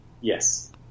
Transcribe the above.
Yes